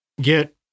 get